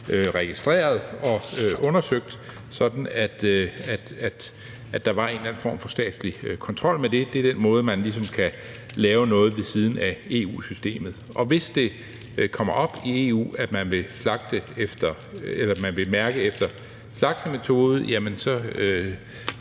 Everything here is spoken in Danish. registreret og undersøgt, sådan at der var en eller anden form for statslig kontrol med det. Det er den måde, man ligesom kan lave noget ved siden af EU-systemet på. Hvis det kommer op i EU, at man vil mærke efter slagtemetode, jamen så